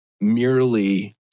merely